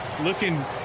Looking